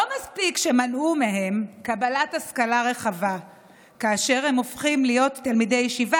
לא מספיק שמנעו מהם קבלת השכלה רחבה כאשר הם הופכים להיות תלמידי ישיבה,